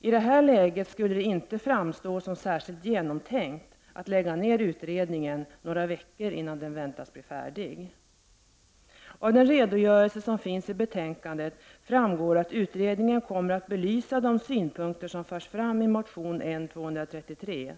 I det här läget skulle det inte framstå som särskilt genomtänkt att lägga ner utredningen, några veckor innan den väntas bli färdig. Av den redogörelse som finns i betänkandet framgår att utredningen kommer att belysa de synpunkter som förs fram i motion N233.